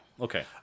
Okay